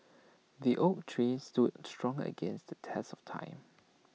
the oak tree stood strong against the test of time